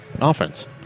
offense